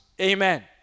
amen